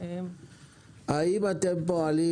מנועי צמיחה,